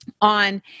on